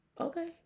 Okay